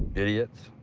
idiots.